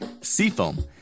Seafoam